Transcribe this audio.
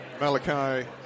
Malachi